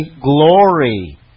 glory